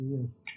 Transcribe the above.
Yes